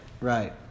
Right